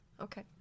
Okay